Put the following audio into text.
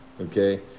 Okay